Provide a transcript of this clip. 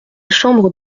chambre